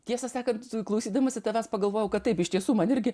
tiesą sakant klausydamasi tavęs pagalvojau kad taip iš tiesų man irgi